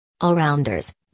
All-Rounders